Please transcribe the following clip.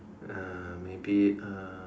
uh maybe uh